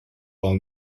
well